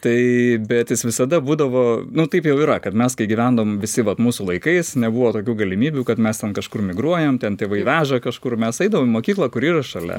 tai bet jis visada būdavo nu taip jau yra kad mes kai gyvendavom visi vat mūsų laikais nebuvo tokių galimybių kad mes ten kažkur migruojam ten tėvai veža kažkur mes eidavom į mokyklą kuri yra šalia